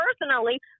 personally